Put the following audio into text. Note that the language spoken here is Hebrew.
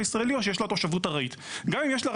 הילדים